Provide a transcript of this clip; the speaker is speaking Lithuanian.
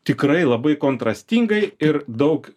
tikrai labai kontrastingai ir daug